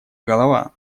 голова